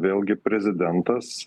vėlgi prezidentas